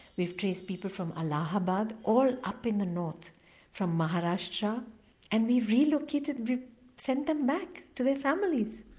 we've traced people from allahabad, all up in the north from maharashtra ah and we've relocated, we've sent them back to their families.